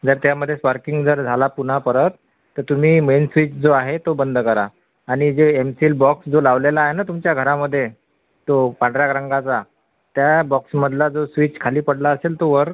जर त्यामध्ये स्पार्किंग जर झाला पुन्हा परत तर तुम्ही मेन स्विच जो आहे तो बंद करा आणि जे एम सील बॉक्स जो लावलेला आहे ना तुमच्या घरामध्ये तो पांढऱ्या रंगाचा त्या बॉक्समधला जो स्विच खाली पडला असेल तो वर